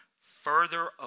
further